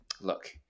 look